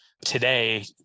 today